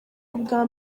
ubwa